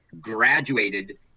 graduated